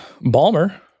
Balmer